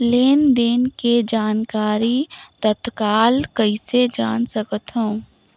लेन देन के जानकारी तत्काल कइसे जान सकथव?